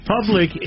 Public